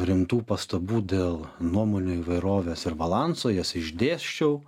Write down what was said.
rimtų pastabų dėl nuomonių įvairovės ir balanso jas išdėsčiau